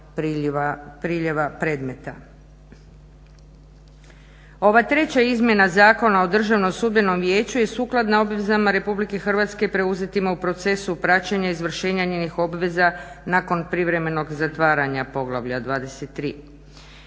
Ova treća izmjena Zakona o Državnom sudbenom vijeću je sukladna obvezana Republike Hrvatske preuzetima u procesu praćenja i izvršenja njenih obveza nakon privremenog zatvaranja poglavlja 23.